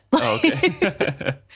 Okay